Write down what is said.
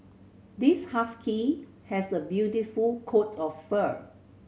this husky has a beautiful coat of fur